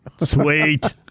Sweet